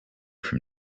from